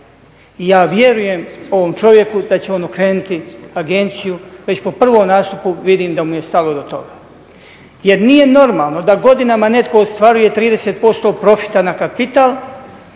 I ja vjerujem ovom čovjeku da će on okrenuti agenciju, već po prvom nastupu vidim da mu je stalo do toga. Jer nije normalno da godinama netko ostvaruje 30% profita na kapital,